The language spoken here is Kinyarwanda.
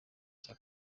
cya